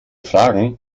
fragen